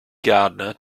gardener